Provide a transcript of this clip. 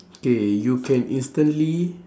K you can instantly